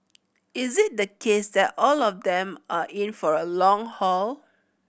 is it the case that all of them are in for a long haul